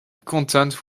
content